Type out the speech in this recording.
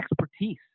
expertise